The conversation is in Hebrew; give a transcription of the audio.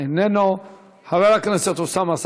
חבר הכנסת יואל חסון,